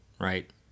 right